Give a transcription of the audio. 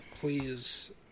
please